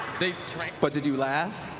but did you laugh?